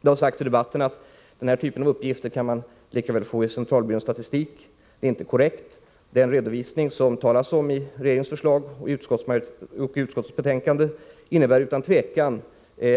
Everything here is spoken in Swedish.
Det har sagts i debatten att man lika väl kan få den här typen av uppgifter i centralbyråns statistik. Det är inte korrekt. Den redovisning som det talas om i regeringens förslag och i utskottsbetänkandet innebär utan tvekan